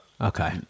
Okay